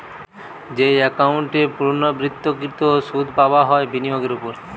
যেই একাউন্ট এ পূর্ণ্যাবৃত্তকৃত সুধ পাবা হয় বিনিয়োগের ওপর